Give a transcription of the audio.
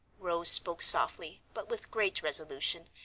rose spoke softly, but with great resolution,